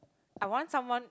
I want someone